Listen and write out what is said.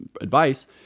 advice